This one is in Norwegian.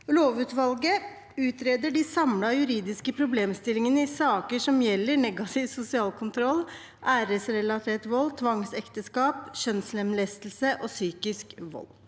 Lovutvalget utreder de samlede juridiske problemstillingene i saker som gjelder negativ sosial kontroll, æresrelatert vold, tvangsekteskap, kjønnslemlestelse og psykisk vold.